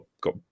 got